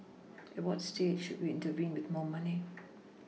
at what stage should we intervene with more money